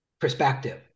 perspective